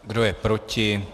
Kdo je proti?